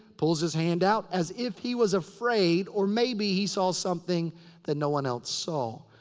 pulls his hand out. as if he was afraid or maybe he saw something that no one else saw.